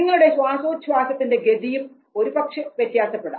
നിങ്ങളുടെ ശ്വാസോച്ഛ്വാസത്തിന്റെ ഗതിയും ഒരുപക്ഷേ വ്യത്യാസപ്പെടാം